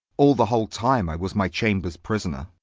all the whole time i was my chambers prisoner